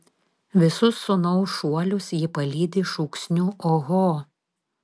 visus sūnaus šuolius ji palydi šūksniu oho